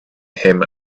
him